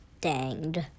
Danged